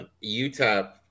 Utah